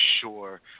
sure